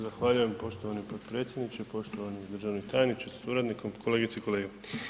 Zahvaljujem poštovani potpredsjedniče, poštovani državni tajniče sa suradnikom, kolegice i kolege.